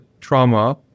trauma